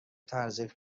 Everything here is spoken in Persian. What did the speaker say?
تزریق